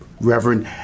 Reverend